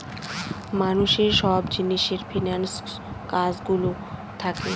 মানুষের সব নিজের ফিন্যান্স কাজ গুলো থাকে